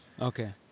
Okay